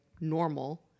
Normal